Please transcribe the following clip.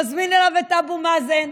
מזמין אליו את אבו מאזן.